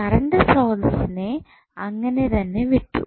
current സ്രോതസ്സിനെ അങ്ങനെ തന്നെ വിട്ടു